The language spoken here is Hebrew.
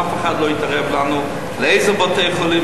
אף אחד לא יתערב לנו לאיזה בתי-חולים,